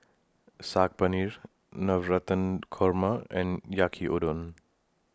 Saag Navratan Korma and Yaki Udon